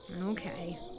Okay